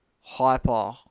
hyper